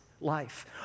life